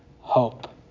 hope